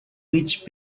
which